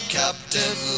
captain